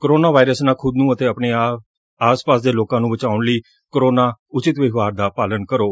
corona virus ਨਾਲ ਖੁਦ ਨੂੰ ਅਤੇ ਆਪਣੇ ਆਸ ਪਾਸ ਦੇ ਲੋਕਾ ਨੂੰ ਬਚਾਉਣ ਲਈ ਕੋਰੋਨਾ ਉਚਿਤ ਵਿਵਹਾਰ ਦਾ ਪਾਲਣ ਕਰੋ